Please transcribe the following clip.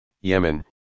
Yemen